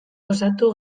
osatu